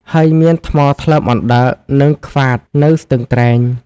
ហើយមានថ្មថ្លើមអណ្ដើក និង ក្វាត នៅស្ទឹងត្រែង។